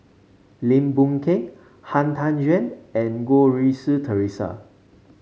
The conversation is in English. Lim Boon Keng Han Tan Juan and Goh Rui Si Theresa